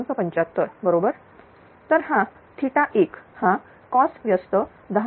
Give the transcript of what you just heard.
75 बरोबर तर 1 हा cos 1 10